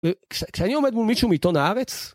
וכש כשאני עומד מול מישהו מעיתון הארץ...